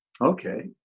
Okay